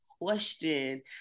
question